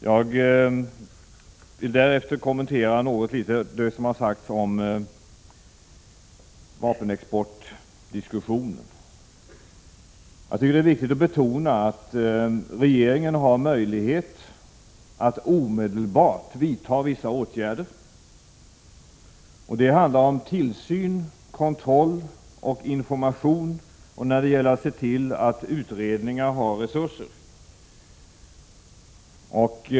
Jag skall också något kommentera vapenexportdiskussionen. Det är viktigt att betona att regeringen har möjligheter att omedelbart vidta vissa åtgärder. Det handlar om tillsyn, kontroll och information, och att se till att utredningar har resurser.